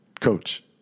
Coach